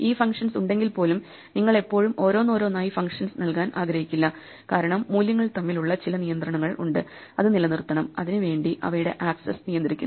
ഈ ഫങ്ഷൻസ് ഉണ്ടെങ്കിൽ പോലും നിങ്ങൾ എപ്പോഴും ഓരോന്നോരോന്നായി ഫങ്ങ്ഷൻസ് നല്കാൻ ആഗ്രഹിക്കില്ല കാരണം മൂല്യങ്ങൾ തമ്മിലുള്ള ചില നിയന്ത്രണങ്ങൾ ഉണ്ട് അത് നിലനിർത്തണം അതിനു വേണ്ടി അവയുടെ ആക്സസ് നിയന്ത്രിക്കുന്നു